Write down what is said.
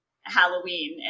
Halloween